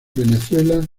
venezuela